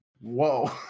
Whoa